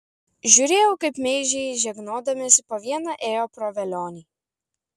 žiūrėjau kaip meižiai žegnodamiesi po vieną ėjo pro velionį